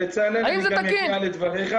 בצלאל, אגיע לדבריך